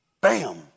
bam